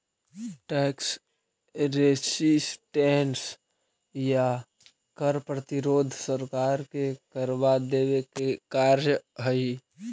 tax resistance या कर प्रतिरोध सरकार के करवा देवे के एक कार्य हई